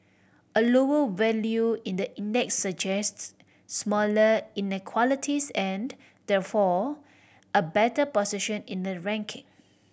a lower value in the index suggests smaller inequalities and therefore a better position in the ranking